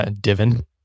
divin